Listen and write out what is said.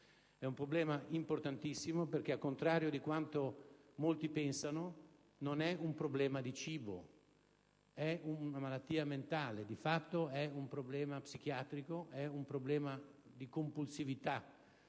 È un problema importantissimo perché, al contrario di quanto molti pensano, non è un problema di cibo: è una malattia mentale. Di fatto è un problema psichiatrico, è un problema di compulsività.